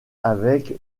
avec